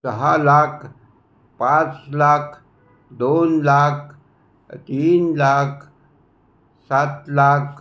दहा लाख पाच लाख दोन लाख तीन लाख सात लाख